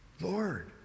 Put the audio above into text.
Lord